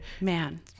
man